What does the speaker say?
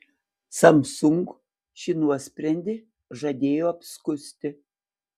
samsung šį nuosprendį žadėjo apskųsti